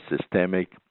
systemic